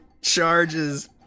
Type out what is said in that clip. charges